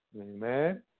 Amen